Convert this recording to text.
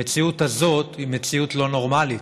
המציאות הזאת היא מציאות לא נורמלית.